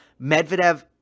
Medvedev